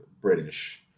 British